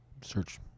Search